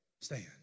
Stand